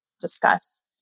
discuss